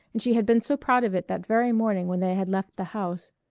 and she had been so proud of it that very morning when they had left the house.